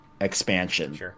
expansion